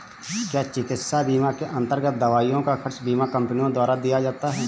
क्या चिकित्सा बीमा के अन्तर्गत दवाइयों का खर्च बीमा कंपनियों द्वारा दिया जाता है?